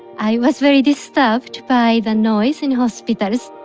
i was very disturbed by the noise in hospitals